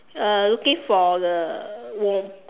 uh looking for the worm